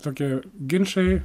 tokie ginčai